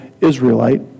Israelite